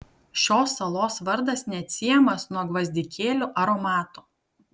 šios salos vardas neatsiejamas nuo gvazdikėlių aromato